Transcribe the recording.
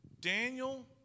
Daniel